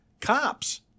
Cops